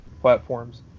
platforms